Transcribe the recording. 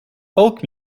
folk